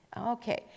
okay